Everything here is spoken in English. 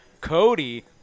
cody